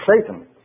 Satan